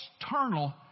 external